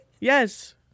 Yes